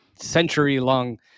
century-long